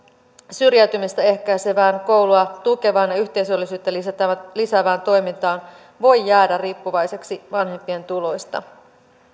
syrjäytymistä ehkäisevään koulua tukevaan ja yhteisöllisyyttä lisäävään toimintaan voi jäädä riippuvaiseksi vanhempien tuloista